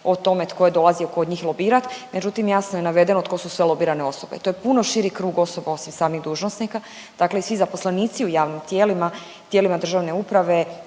o tome tko je dolazio kod njih lobirati, međutim, jasno je navedeno tko su sve lobirane osobe. To je puno širi krug osoba osim samih dužnosnika, dakle i svi zaposlenici u javnim tijelima, tijelima državne uprave,